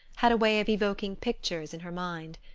had a way of evoking pictures in her mind.